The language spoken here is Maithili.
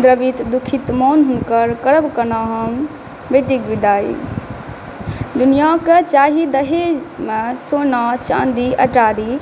द्रवित दुखित मोन हुनकर करब कोना हम बेटीक बिदाई दुनियाके चाही दहेजमे सोना चांदी अटारी